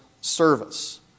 service